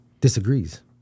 disagrees